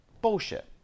Bullshit